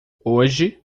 hoje